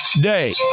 day